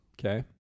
Okay